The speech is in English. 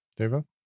Devo